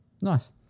Nice